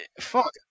Fuck